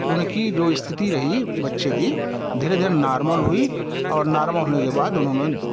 उनकी जो स्थिति रही बच्चे की धीरे धीरे नार्मल हुई और नार्मल होने के बाद उन्होंने